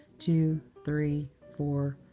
two, three, four,